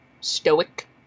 stoic